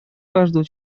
каждого